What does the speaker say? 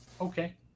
Okay